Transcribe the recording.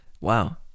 Wow